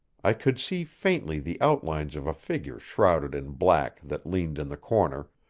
i could see faintly the outlines of a figure shrouded in black that leaned in the corner,